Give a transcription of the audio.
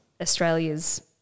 Australia's